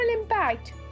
impact